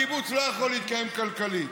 הקיבוץ לא יכול להתקיים כלכלית,